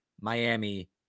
Miami